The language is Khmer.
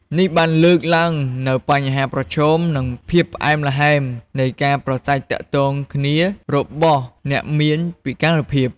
នេះបានលើកឡើងនូវបញ្ហាប្រឈម និងភាពផ្អែមល្ហែមនៃការប្រាស្រ័យទាក់ទងគ្នារបស់អ្នកមានពិការភាព ។